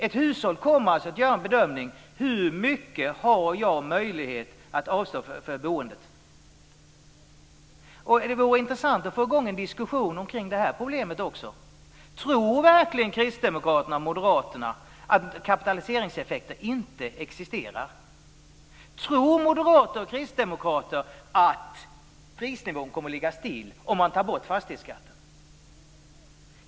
Ett hushåll kommer att göra en bedömning. Hur mycket har jag möjlighet att avstå för boendet? Det vore intressant att få i gång en diskussion också kring det problemet. Tror verkligen Kristdemokraterna och Moderaterna att kapitaliseringseffekter inte existerar? Tror moderater och kristdemokrater att prisnivån kommer att ligga still om man tar bort fastighetsskatten?